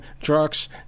drugs